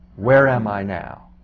where am i now?